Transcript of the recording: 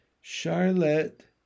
Charlotte